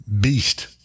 beast